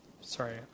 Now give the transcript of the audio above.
sorry